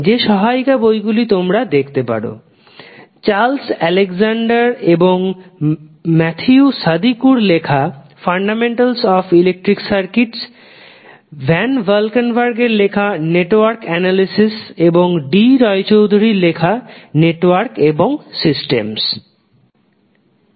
যে সহায়িকা বই গুলি তোমরা দেখতে পার চার্লস আলেকজান্দার এবং ম্যাথিউ সাদিকু এর লেখা "Fundamentals of Electric Circuits" Van Valkenburg এর লেখা "Network Analysis" এবং D Roy Choudhury D Roy Choudhury এর লেখা "Network and Systems"